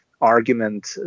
argument